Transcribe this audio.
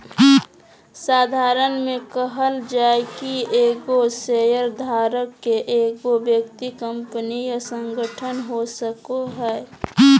साधारण में कहल जाय कि एगो शेयरधारक के एगो व्यक्ति कंपनी या संगठन हो सको हइ